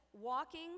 walking